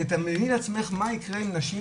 תתארי לעצמך מה יקרה עם נשים,